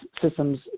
systems